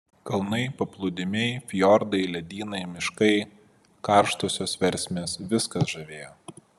kalnai paplūdimiai fjordai ledynai miškai karštosios versmės viskas žavėjo